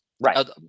right